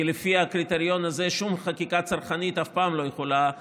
כי לפי הקריטריון הזה שום חקיקה צרכנית אף פעם לא יכולה להועיל.